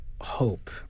hope